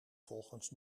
volgens